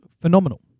phenomenal